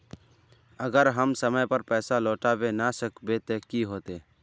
अगर हम समय पर पैसा लौटावे ना सकबे ते की होते?